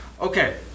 okay